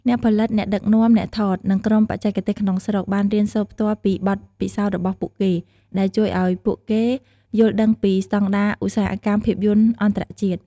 អ្នកផលិត អ្នកដឹកនាំ អ្នកថត និងក្រុមបច្ចេកទេសក្នុងស្រុក បានរៀនសូត្រផ្ទាល់ពីបទពិសោធន៍របស់ពួកគេ ដែលជួយឱ្យពួកគេយល់ដឹងពីស្តង់ដារឧស្សាហកម្មភាពយន្តអន្តរជាតិ។